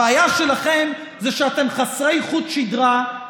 הבעיה שלכם זה שאתם חסרי חוט שדרה,